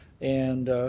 and